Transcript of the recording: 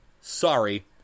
sorry